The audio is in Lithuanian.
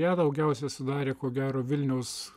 ją daugiausiai sudarė ko gero vilniaus